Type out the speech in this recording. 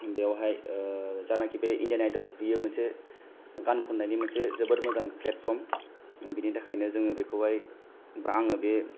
बेयावहाय जानाखि बे इण्डियान आइडल बेयो मोनसे गान खन्नायनि मोनसे जोबोद मोजां प्लेटपर्म बेनि थाखायनो जोङो बेखौहाय बा आङो बे